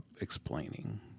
explaining